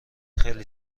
خیلی